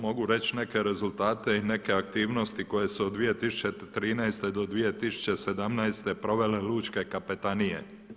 Mogu reći neke rezultate i neke aktivnosti koje su od 2013. do 2017. provele lučke kapetanije.